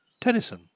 Tennyson